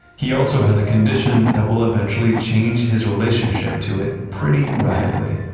he also has a condition that will eventually change his relationship to it pretty radically